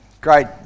great